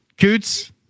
Coots